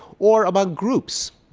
or among groups,